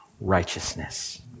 righteousness